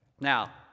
Now